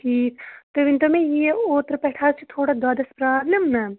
ٹھیٖک تُہۍ ؤنۍ تَو مےٚ یہِ اوترٕ پٮ۪ٹھ حظ چھِ تھوڑا دۄدَس پرٛابلِم نا